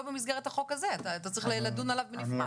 במסגרת החוק הזה וצריך לדון בנפרד על הנושא הזה.